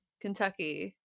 Kentucky